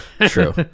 true